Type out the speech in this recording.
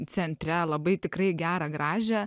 centre labai tikrai gerą gražią